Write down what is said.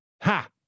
ha